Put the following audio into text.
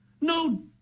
no